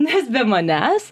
nes be manęs